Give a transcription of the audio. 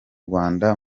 rwanda